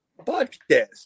podcast